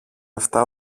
αυτά